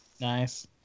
Nice